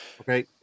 okay